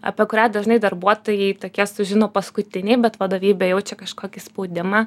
apie kurią dažnai darbuotojai tokie sužino paskutiniai bet vadovybė jaučia kažkokį spaudimą